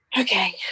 Okay